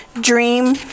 dream